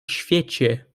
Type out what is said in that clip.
świecie